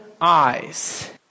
eyes